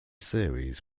series